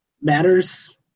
matters